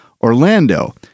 Orlando